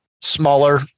Smaller